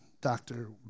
doctor